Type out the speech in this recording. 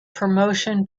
promotion